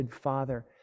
father